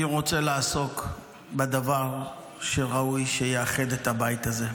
אני רוצה לעסוק בדבר שראוי שיאחד את הבית הזה,